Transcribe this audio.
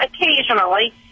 occasionally